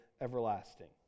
everlasting